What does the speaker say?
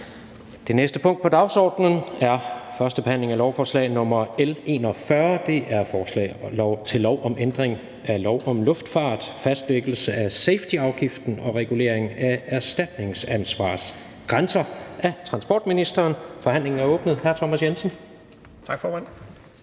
Det næste punkt på dagsordenen er: 7) 1. behandling af lovforslag nr. L 41: Forslag til lov om ændring af lov om luftfart. (Fastlæggelse af safety-afgiften og regulering af erstatningsansvarsgrænser). Af transportministeren (Benny Engelbrecht). (Fremsættelse 07.10.2020). Kl.